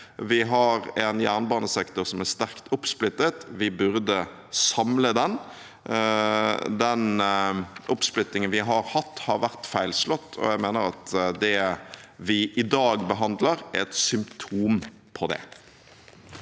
Vi har en jernbanesektor som er sterkt oppsplittet; vi burde samle den. Den oppsplittingen vi har hatt, har vært feilslått, og jeg mener at det vi i dag behandler, er et symptom på det.